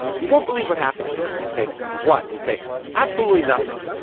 you won't believe what happened to me. and they'd say what? and he'd say absolutely nothing!